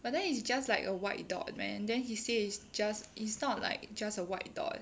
but then it's just like a white dot man and then he say is just it's not like just a white dot